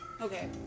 Okay